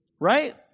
Right